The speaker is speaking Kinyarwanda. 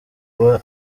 uba